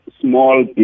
small